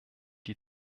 die